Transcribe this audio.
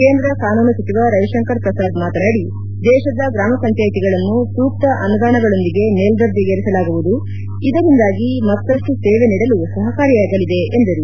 ಕೇಂದ್ರ ಕಾನೂನು ಸಚಿವ ರವಿಶಂಕರ್ ಪ್ರಸಾದ್ ಮಾತನಾದಿ ದೇಶದ ಗ್ರಾಮಪಂಚಾಯತಿಗಳನ್ನು ಸೂಕ್ತ ಅನುದಾನಗಳೊಂದಿಗೆ ಮೇಲ್ದರ್ಜೆಗೇರಿಸಲಾಗುವುದು ಇದರಿಂದಾಗಿ ಮತ್ತಷ್ಟು ಸೇವೆ ನೀಡಲು ಸಹಕಾರಿಯಾಗಲಿದೆ ಎಂದರು